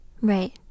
Right